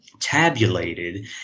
tabulated